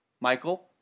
Michael